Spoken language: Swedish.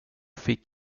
fick